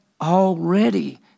already